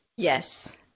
Yes